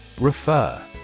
Refer